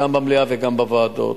גם במליאה וגם בוועדות.